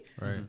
Right